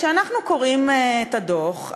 כשאנחנו קוראים את הדוח,